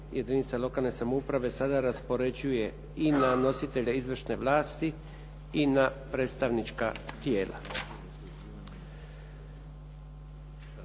jedinice lokalne samouprave sada raspoređuje i na nositelje izvršne vlasti i na predstavnička tijela.